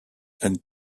and